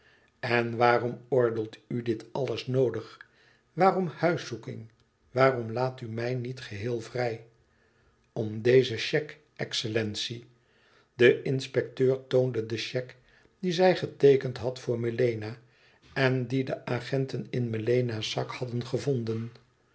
en waarom oordeelt u dit alles noodig waarom huiszoeking waarom laat u mij niet geheel vrij om deze chèque excellentie de inspecteur toonde haar de chèque die zij geteekend had voor melena en die de agenten in melena's zak hadden gevonden